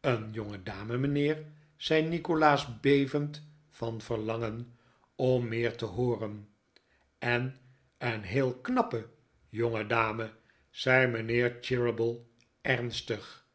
een jongedame mijnheer zei nikolaas bevend van verlanpen om meer te ho or en en een heel knappe jongedame zei mijnheer cheeryble ernstig